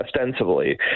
ostensibly